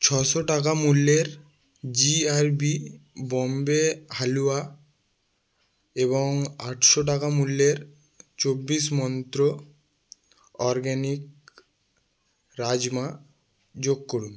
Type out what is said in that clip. ছশো টাকা মূল্যের G R B Bombay halwa এবং আটশো টাকা মূল্যের চব্বিশ মন্ত্র অরগ্যানিক রাজমা যোগ করুন